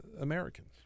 Americans